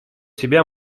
себя